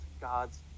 God's